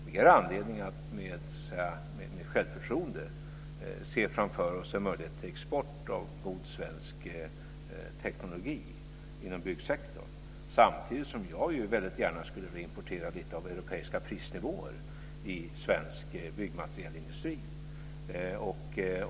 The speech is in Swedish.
Vi har anledning att med självförtroende se framför oss en möjlighet till export av god svensk teknologi inom byggsektorn. Samtidigt skulle jag gärna vilja importera lite av europeiska prisnivåer i svensk byggmaterialindustri.